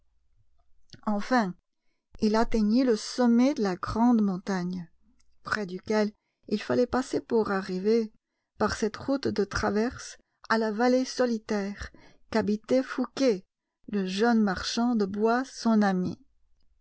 enfin il atteignit le sommet de la grande montagne près duquel il fallait passer pour arriver par cette route de traverse à la vallée solitaire qu'habitait fouqué le jeune marchand de bois son ami